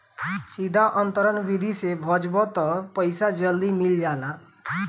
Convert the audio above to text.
सीधा अंतरण विधि से भजबअ तअ पईसा जल्दी मिल जाला